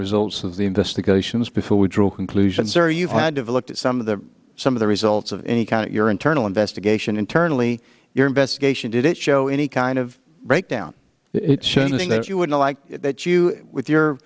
results of the investigations before we draw conclusions are you had to look at some of the some of the results of any kind of your internal investigation internally your investigation did it show any kind of breakdown it's showing that you wouldn't like that you with your